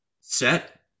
set